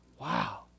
Wow